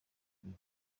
uyu